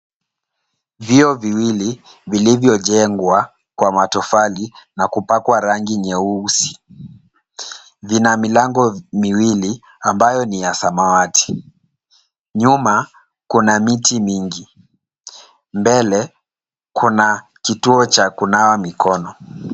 Vyoo viwili vilivyojengwa kwa matofali na kupakwa rangi nyeusi. Vina milango miwili ambayo ni ya samawati. Nyuma kuna miti mingi. Mbele kuna kituo cha kunawa mikono.